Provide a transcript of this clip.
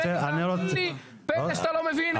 בני, תאמין לי, פלא שאתה לא מבין.